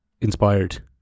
inspired